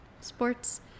sports